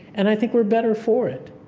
and i think we're better for it.